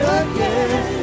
again